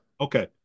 Okay